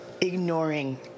ignoring